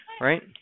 right